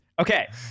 Okay